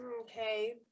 Okay